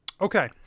Okay